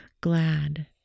glad